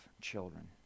children